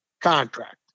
contract